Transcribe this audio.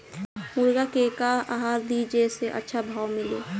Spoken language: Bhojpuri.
मुर्गा के का आहार दी जे से अच्छा भाव मिले?